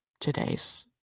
today's